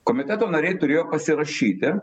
komiteto nariai turėjo pasirašyti